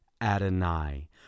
Adonai